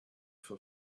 for